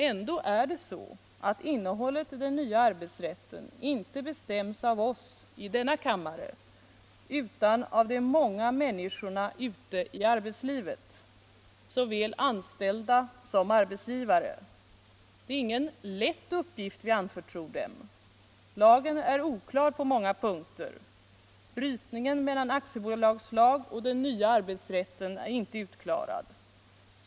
Ändå är det så att innehållet i den nya arbetsrätten inte bestäms av oss i denna kammare utan av de många människorna ute i arbetslivet, såväl anställda som arbetsgivare. Det är ingen lätt uppgift vi anförtror dem. Lagen är oklar på många punkter. Brytningen mellan aktiebolagslag och den nya arbetsrätten är inte utklarad.